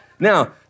Now